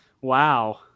Wow